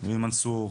ועם מנסור,